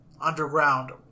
underground